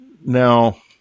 Now